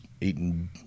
eating